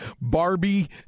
Barbie